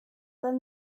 then